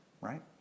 right